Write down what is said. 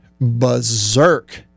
berserk